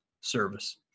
service